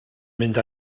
mynd